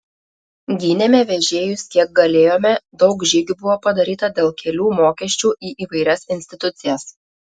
gynėme vežėjus kiek galėjome daug žygių buvo padaryta dėl kelių mokesčių į įvairias institucijas